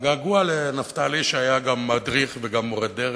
הגעגוע לנפתלי, שהיה גם מדריך וגם מורה דרך,